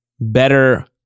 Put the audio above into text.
better